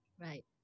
Right